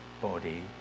body